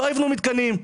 פשוט לא יבנו מתקנים,